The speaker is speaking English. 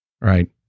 Right